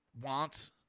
wants